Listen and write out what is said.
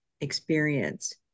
experience